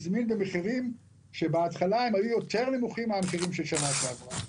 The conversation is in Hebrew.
הזמין במחירים שבהתחלה היו נמוכים יותר מן המחירים של השנה שעברה.